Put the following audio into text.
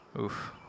Oof